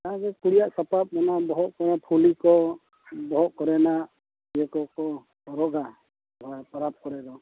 ᱚᱱᱟ ᱜᱮ ᱠᱩᱲᱤᱭᱟᱜ ᱥᱟᱯᱟᱵ ᱢᱮᱱᱟᱜᱼᱟ ᱵᱚᱦᱚᱜ ᱠᱚᱨᱮᱱᱟᱜ ᱯᱷᱩᱞᱤ ᱠᱚ ᱵᱚᱦᱚᱜ ᱠᱚᱨᱮᱱᱟᱜ ᱤᱭᱟᱹ ᱠᱚ ᱠᱚ ᱦᱚᱨᱚᱜᱟ ᱦᱳᱭ ᱯᱟᱨᱟᱵᱽ ᱠᱚᱨᱮ ᱫᱚ